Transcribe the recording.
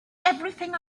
everything